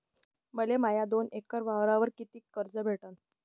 मले माया दोन एकर वावरावर कितीक कर्ज भेटन?